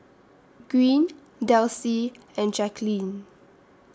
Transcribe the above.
Green Delcie and Jaquelin